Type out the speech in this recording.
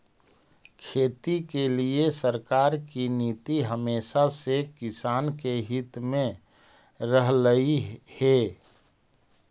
खेती के लिए सरकार की नीति हमेशा से किसान के हित में रहलई हे